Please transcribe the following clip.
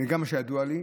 וגם מה שידוע לי.